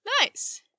nice